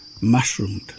mushroomed